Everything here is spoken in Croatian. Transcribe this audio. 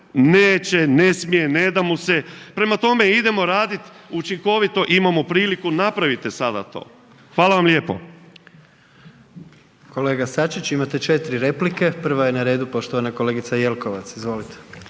neće, ne smije, ne da mu se, prema tome idemo raditi učinkovito. Imamo priliku, napravite sada to. Hvala vam lijepo. **Jandroković, Gordan (HDZ)** Kolega Sačić imate 4 replike, prva je na redu poštovana kolegica Jelkovac. Izvolite.